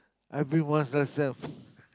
I've been once last self